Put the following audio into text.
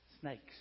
Snakes